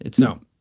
No